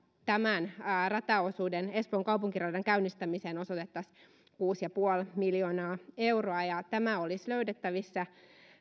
tämän rataosuuden espoon kaupunkiradan käynnistämiseen osoitettaisiin kuusi pilkku viisi miljoonaa euroa ja tämä olisi löydettävissä